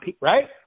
right